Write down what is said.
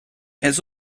has